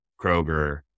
Kroger